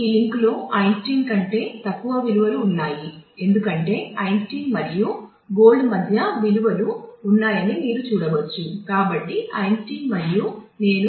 Einstein కంటే ఎక్కువ విలువలు అని అంటున్నాను